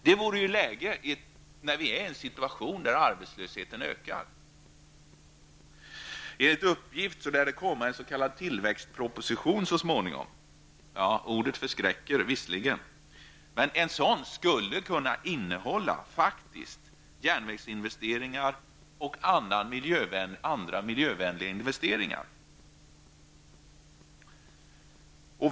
Det vore väl läge för det när vi befinner oss i en situation att arbetslösheten ökar. Enligt uppgift lär det komma en s.k. tillväxtproposition så småningom. Ja, ordet förskräcker visserligen. Men en sådan proposition skulle faktiskt kunna innehålla förslag till järnvägsinvesteringar och andra miljövänliga investeringar.